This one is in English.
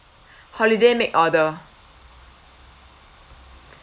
holiday make order